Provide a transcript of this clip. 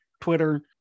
Twitter